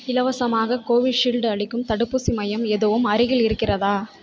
இலவசமாக கோவிஷீல்டு அளிக்கும் தடுப்பூசி மையம் எதுவும் அருகில் இருக்கிறதா